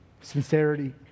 Sincerity